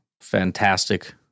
fantastic